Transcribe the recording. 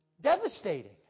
devastating